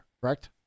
correct